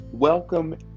Welcome